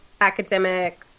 academic